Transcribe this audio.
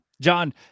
John